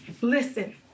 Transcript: Listen